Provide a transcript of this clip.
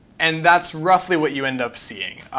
and that's roughly what you end up seeing.